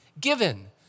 given